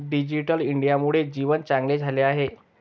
digital इंडियामुळे जीवन चांगले झाले आहे